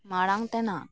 ᱢᱟᱲᱟᱝ ᱛᱮᱱᱟᱜ